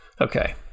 Okay